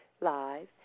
live